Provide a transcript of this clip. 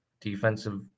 defensive